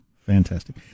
Fantastic